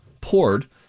poured